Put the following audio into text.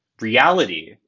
Reality